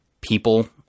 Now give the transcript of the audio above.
people